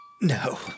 No